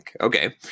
Okay